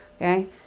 okay